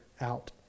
out